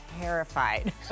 terrified